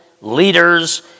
leaders